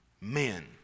men